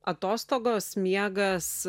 atostogos miegas